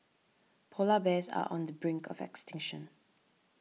Polar Bears are on the brink of extinction